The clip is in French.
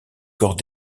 corps